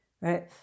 right